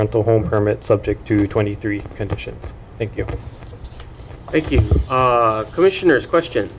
rental home permit subject to twenty three conditions thank you thank you commissioners question